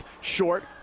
short